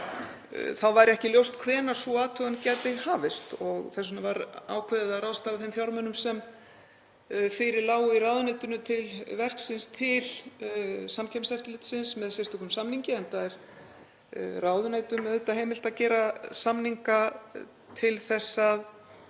væri ekki ljóst hvenær sú athugun gæti hafist og þess vegna var ákveðið að ráðstafa þeim fjármunum sem fyrir lágu í ráðuneytinu til verksins til Samkeppniseftirlitsins með sérstökum samningi, enda er ráðuneytum auðvitað heimilt að gera samninga á